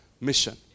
mission